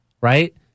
right